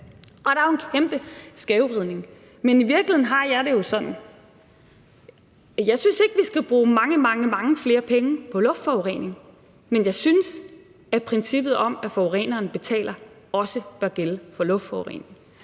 Og der er jo en kæmpe skævvridning. I virkeligheden har jeg det sådan, at jeg ikke synes, vi skal bruge mange, mange flere penge på luftforurening, men jeg synes, at princippet om, at forureneren betaler, også bør gælde for luftforurening.